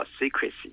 secrecy